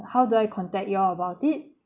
how do I contact you all about it